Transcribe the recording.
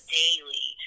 daily